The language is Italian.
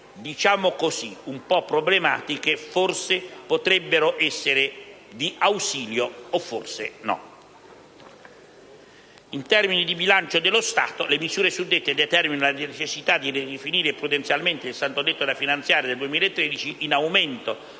diciamo così, forse potrebbero essere di ausilio o forse no. In termini di bilancio dello Stato, le misure suddette determinano la necessità di ridefinire prudenzialmente il saldo netto da finanziare del 2013 in aumento